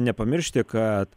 nepamiršti kad